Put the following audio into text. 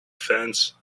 fence